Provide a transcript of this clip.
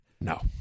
No